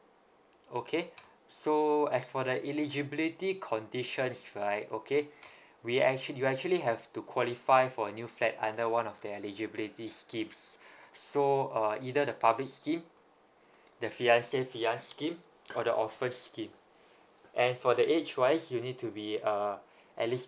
okay so as for the eligibility conditions right okay we actually you actually have to qualify for a new flat under one of their eligibility schemes so uh either the public scheme the fiance/fiancee scheme or the orphans scheme and for the age wise you need to be uh at least